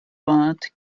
vingt